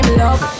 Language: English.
love